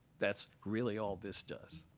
that's really all this does.